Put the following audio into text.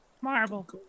Marble